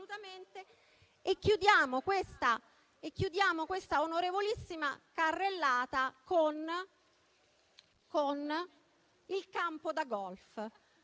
Chiudiamo questa onorevolissima carrellata con il campo da golf: